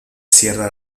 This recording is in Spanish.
cierra